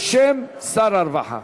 בשם שר הרווחה.